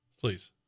please